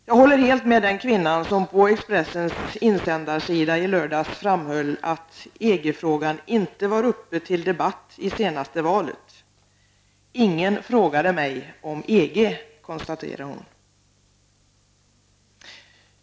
Jag håller helt med den kvinna som på Expressens insändarsida i lördags framhöll att EG-frågan inte var uppe till debatt i senaste valet. Ingen frågade mig om EG, konstaterar hon.